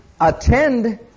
Attend